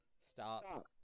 Stop